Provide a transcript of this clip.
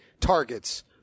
targets